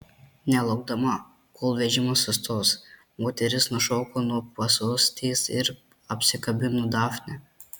nelaukdama kol vežimas sustos moteris nušoko nuo pasostės ir apsikabino dafnę